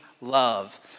love